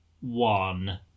one